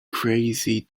crazy